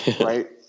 right